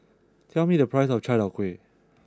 tell me the price of Chai Tow Kuay